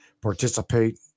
participate